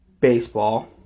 baseball